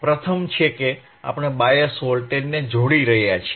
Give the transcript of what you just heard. પ્રથમ છે કે આપણે બાયસ વોલ્ટેજને જોડી રહ્યા છીએ